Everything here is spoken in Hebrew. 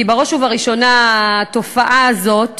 כי בראש ובראשונה התופעה הזאת